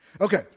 Okay